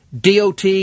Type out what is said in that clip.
DOT